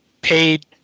paid